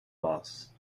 boss